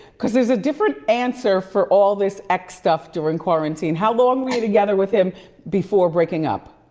cause there's a different answer for all this ex stuff during quarantine. how long were you together with him before breaking up?